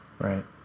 Right